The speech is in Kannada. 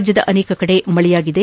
ರಾಜ್ಯದ ಅನೇಕ ಕಡೆ ಮಳೆಯಾಗಿದೆ